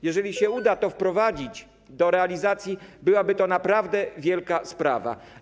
Jeżeli uda się to wprowadzić do realizacji, będzie to naprawdę wielka sprawa.